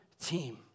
Team